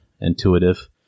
intuitive